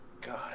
God